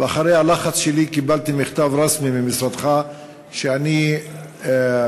ואחרי לחץ שלי קיבלתי מכתב רשמי ממשרדך שאני מנוע,